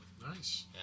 nice